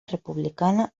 republicana